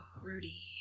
Rudy